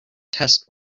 test